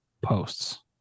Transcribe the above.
posts